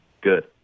Good